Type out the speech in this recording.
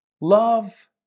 Love